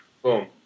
Boom